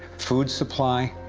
food supply,